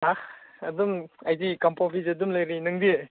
ꯍꯥ ꯑꯗꯨꯝ ꯑꯩꯗꯤ ꯀꯥꯡꯄꯣꯛꯄꯤꯗ ꯑꯗꯨꯃ ꯂꯩꯔꯤ ꯅꯪꯗꯤ